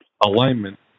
alignment